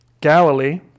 Galilee